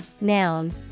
noun